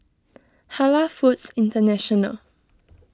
Halal Foods International